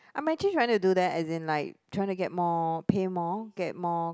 I'm actually trying to do that and then like try to get more pay more get more